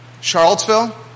Charlottesville